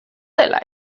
dela